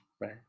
right